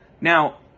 Now